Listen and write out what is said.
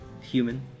human